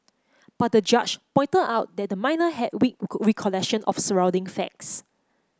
but the judge pointed out that the minor had weak recollection of surrounding facts